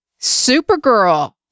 supergirl